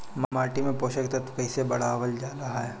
माटी में पोषक तत्व कईसे बढ़ावल जाला ह?